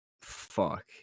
fuck